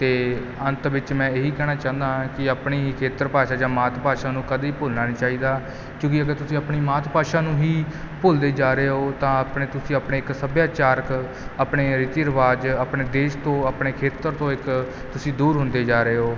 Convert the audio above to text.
ਅਤੇ ਅੰਤ ਵਿੱਚ ਮੈਂ ਇਹ ਹੀ ਕਹਿਣਾ ਚਾਹੁੰਦਾ ਹਾਂ ਕੀ ਆਪਣੀ ਹੀ ਖੇਤਰ ਭਾਸ਼ਾ ਜਾਂ ਮਾਤ ਭਾਸ਼ਾ ਨੂੰ ਕਦੀ ਭੁੱਲਣਾ ਨਹੀਂ ਚਾਹੀਦਾ ਕਿਉਂਕਿ ਅਗਰ ਤੁਸੀਂ ਆਪਣੀ ਮਾਤ ਭਾਸ਼ਾ ਨੂੰ ਹੀ ਭੁੱਲਦੇ ਜਾ ਰਹੇ ਹੋ ਤਾਂ ਆਪਣੇ ਤੁਸੀਂ ਆਪਣੇ ਇੱਕ ਸੱਭਿਆਚਾਰਕ ਆਪਣੇ ਰੀਤੀ ਰਿਵਾਜ਼ ਆਪਣੇ ਦੇਸ਼ ਤੋਂ ਆਪਣੇ ਖੇਤਰ ਤੋਂ ਇੱਕ ਤੁਸੀਂ ਦੂਰ ਹੁੰਦੇ ਜਾ ਰਹੇ ਹੋ